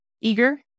eager